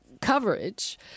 coverage